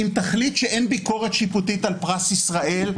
אם תחליט שאין ביקורת שיפוטית על פרס ישראל,